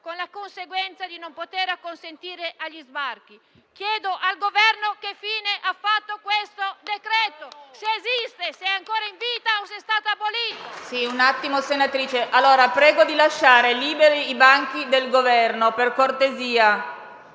con la conseguenza di non poter acconsentire agli sbarchi. Chiedo al Governo che fine ha fatto questo decreto: se esiste ed è ancora in vita, oppure se è stato abolito.